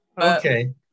Okay